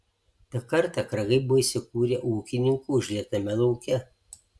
tą kartą kragai buvo įsikūrę ūkininkų užlietame lauke